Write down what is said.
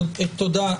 תודה.